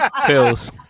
Pills